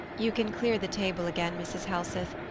you can clear the table again, mrs. helseth.